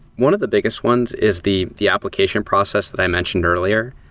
one of the biggest ones is the the application process that i mentioned earlier.